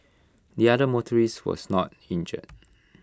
the other motorist was not injured